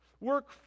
work